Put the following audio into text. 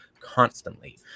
constantly